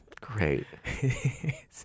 great